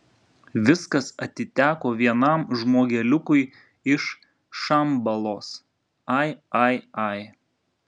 viskas atiteko vienam žmogeliukui iš šambalos ai ai ai